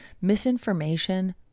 misinformation